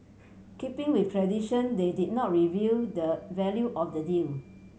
keeping with tradition they did not reveal the value of the deal